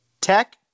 Tech